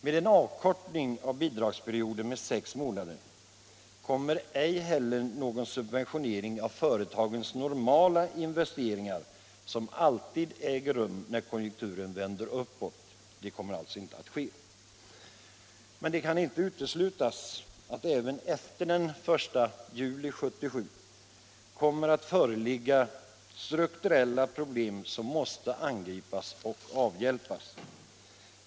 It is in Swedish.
Med en avkortning av bidragsperioden med sex månader kommer ej heller någon subventionering av företagens normala investeringar, som alltid ägt rum när konjunkturen vänder uppåt, att ske. Då kan det inte uteslutas att det även efter den 1 juli 1977 kommer att föreligga strukturella problem som måste angripas och avhjälpas.